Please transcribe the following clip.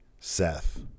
Seth